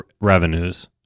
revenues